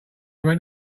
went